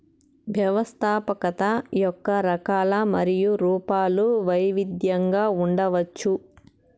వ్యవస్థాపకత యొక్క రకాలు మరియు రూపాలు వైవిధ్యంగా ఉండవచ్చు